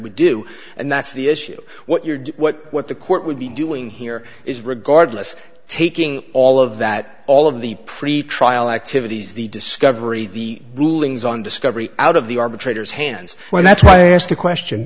would do and that's the issue what you're what what the court would be doing here is regardless taking all of that all of the pretrial activities the discovery the rulings on discovery out of the arbitrators hands well that's why i ask the question